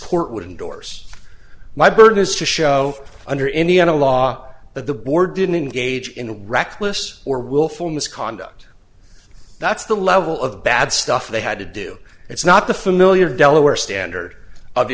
court would indorse my burden is to show under indiana law that the board didn't engage in reckless or willful misconduct that's the level of bad stuff they had to do it's not the familiar delaware standard of